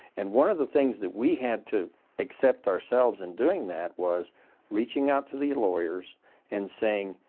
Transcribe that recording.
and one of the things that we had to accept ourselves in doing that was reaching out to the lawyers and saying,